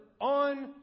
on